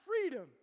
freedom